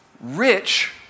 Rich